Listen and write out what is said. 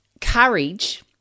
courage